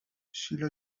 شیلا